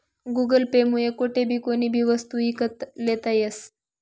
Google Pay मुये कोठेबी कोणीबी वस्तू ईकत लेता यस